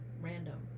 random